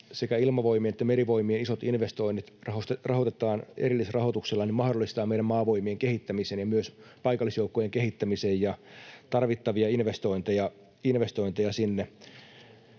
sekä Ilmavoimien että Merivoimien isot investoinnit rahoitetaan erillisrahoituksella, mahdollistaa meidän Maavoimien kehittämisen ja myös paikallisjoukkojen kehittämisen ja tarvittavia investointeja sinne.